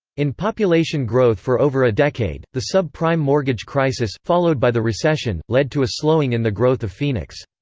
in population growth for over a decade, the sub-prime mortgage crisis, followed by the recession, led to a slowing in the growth of phoenix.